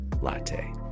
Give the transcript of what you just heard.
latte